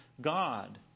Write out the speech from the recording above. God